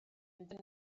fynd